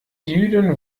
jüdin